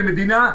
כמדינה,